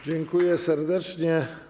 Dziękuję serdecznie.